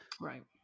Right